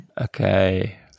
Okay